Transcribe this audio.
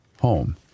home